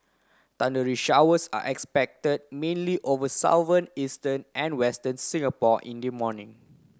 thundery showers are expected mainly over eastern and western Singapore in the morning